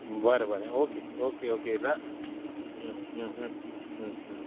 बरें बरें okay okay okay रा